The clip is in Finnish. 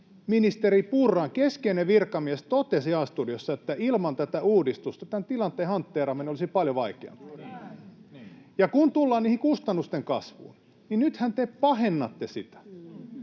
Ministeri Purran keskeinen virkamies totesi A-studiossa, että ilman tätä uudistusta tämän tilanteen hantteeraaminen olisi paljon vaikeampaa. Ja kun tullaan siihen kustannusten kasvuun, niin nythän te pahennatte sitä.